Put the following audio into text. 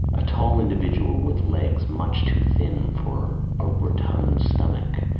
a tall individual, with legs much too thin for a rotund stomach,